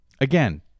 Again